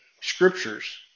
Scriptures